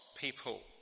people